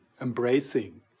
embracing